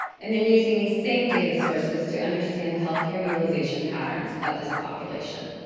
and then using these same data sources to understand the health care utilization patterns of this population.